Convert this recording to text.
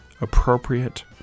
appropriate